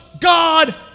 God